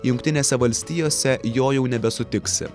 jungtinėse valstijose jo jau nebesutiksi